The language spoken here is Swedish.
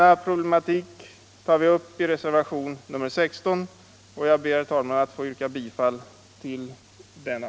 | I reservationen 16 tar vi upp detta problem, och jag ber, herr talman, att få yrka bifall till denna.